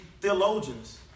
theologians